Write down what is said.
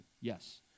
Yes